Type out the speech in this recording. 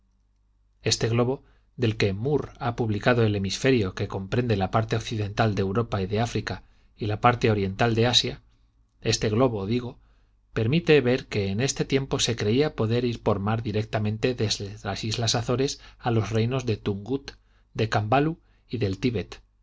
este globo del que murr ha publicado el hemisferio que comprende la parte occidental de europa y de áfrica y la parte oriental de asia este globo digo permite ver que en este tiempo se creía poder ir por mar directamente desde las islas azores a los reinos de tungut de cambalu y del tibet